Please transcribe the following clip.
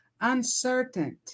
uncertain